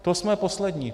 To jsme poslední.